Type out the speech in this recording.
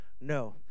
No